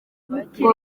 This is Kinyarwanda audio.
ngo